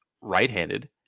right-handed